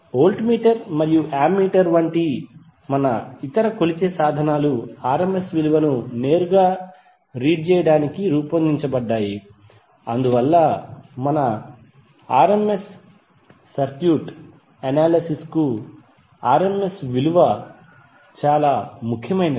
volt meter మరియు ammeter వంటి మన ఇతర కొలిచే సాధనాలు rms విలువను నేరుగా రీడ్ చేయడానికి రూపొందించబడ్డాయి అందువల్ల మా సర్క్యూట్ అనాలిసిస్ కు rms విలువ చాలా ముఖ్యమైనది